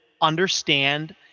understand